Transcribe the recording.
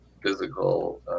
physical